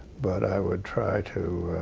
but i would try to